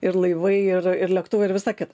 ir laivai ir ir lėktuvai ir visa kita